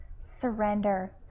Surrender